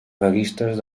vaguistes